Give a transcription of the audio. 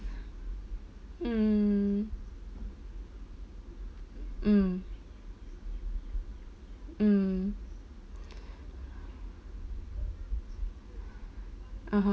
mm mm mm (uh huh)